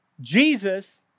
Jesus